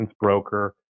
broker